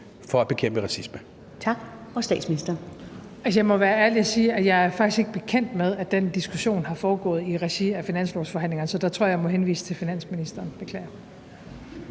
Statsministeren (Mette Frederiksen): Jeg må være ærlig at sige, at jeg faktisk ikke er bekendt med, at den diskussion har foregået i regi af finanslovsforhandlingerne, så der tror jeg jeg må henvise til finansministeren. Jeg beklager.